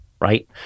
Right